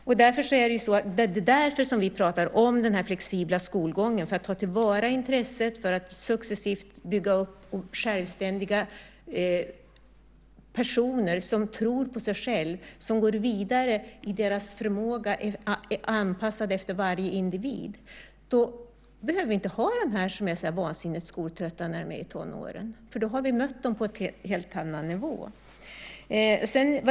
Det är därför som vi pratar om den flexibla skolgången, för att ta till vara intresset, för att successivt bygga upp självständiga personer som tror på sig själva, som går vidare i sin förmåga anpassad efter varje individ. Då behöver vi inte ha de här eleverna som är så vansinnigt skoltrötta när de är i tonåren, för då har vi mött dem på en helt annan nivå.